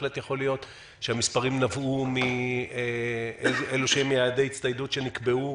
יכול להיות שהמספרים נבעו מצעדי הצטיידות שנקבעו.